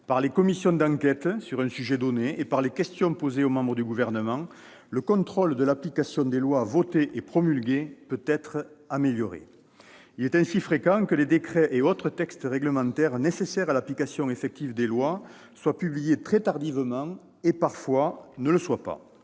de commissions d'enquête sur des sujets donnés et aux questions posées aux membres du Gouvernement, le contrôle de l'application des lois votées et promulguées peut être amélioré. Il est ainsi fréquent que les décrets et autres textes réglementaires nécessaires à l'application effective des lois soient publiés très tardivement ; parfois, ils ne le sont même